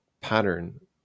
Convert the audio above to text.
pattern